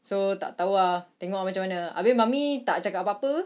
so tak tahu ah tengok ah macam mana habis mummy tak cakap apa apa ke